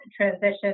transition